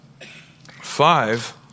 five